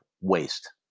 waste